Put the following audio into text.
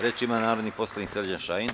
Reč ima narodni poslanik Srđan Šajn.